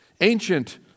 Ancient